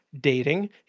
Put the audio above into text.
dating